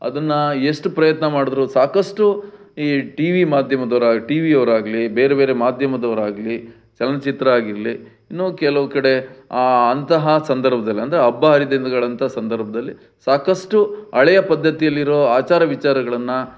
ಅದನ್ನು ಎಷ್ಟು ಪ್ರಯತ್ನ ಮಾಡಿದ್ರು ಸಾಕಷ್ಟು ಈ ಟಿವಿ ಮಾಧ್ಯಮದವರು ಟಿವಿ ಅವರಾಗ್ಲಿ ಬೇರೆ ಬೇರೆ ಮಾಧ್ಯಮದವರಾಗ್ಲಿ ಚಲನಚಿತ್ರ ಆಗಿರಲಿ ಇನ್ನೂ ಕೆಲವು ಕಡೆ ಅಂತಹ ಸಂದರ್ಭದಲ್ಲಿ ಅಂದರೆ ಹಬ್ಬ ಹರಿದಿನಗಳಂಥ ಸಂದರ್ಭದಲ್ಲಿ ಸಾಕಷ್ಟು ಹಳೆಯ ಪದ್ದತಿಯಲ್ಲಿರೋ ಆಚಾರ ವಿಚಾರಗಳನ್ನು